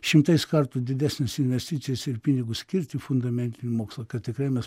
šimtais kartų didesnės investicijos ir pinigus skirti fundamentinių mokslo kad tikrai mes